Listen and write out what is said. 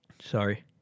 Sorry